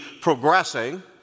progressing